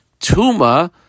Tuma